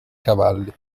cavalli